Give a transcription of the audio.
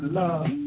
love